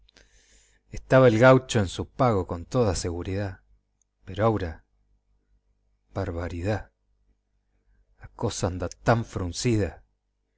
estaba el gaucho en su pago con toda siguridá pero aura barbaridá la cosa anda tan fruncida